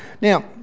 Now